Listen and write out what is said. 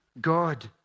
God